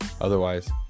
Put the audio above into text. Otherwise